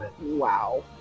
wow